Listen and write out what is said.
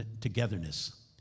togetherness